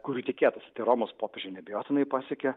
kurių tikėtasi tai romos popiežių neabejotinai pasiekė